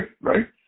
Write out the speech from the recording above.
right